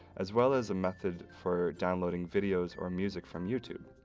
as well as a method for downloading videos or music from youtube.